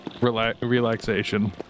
relaxation